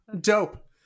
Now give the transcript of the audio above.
Dope